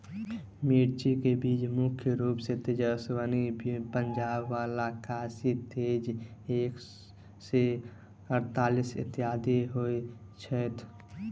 मिर्चा केँ बीज मुख्य रूप सँ तेजस्वनी, पंजाब लाल, काशी तेज एक सै अड़तालीस, इत्यादि होए छैथ?